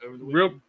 real